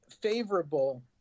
favorable